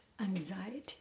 anxiety